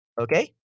Okay